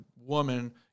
woman